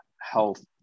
health